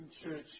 church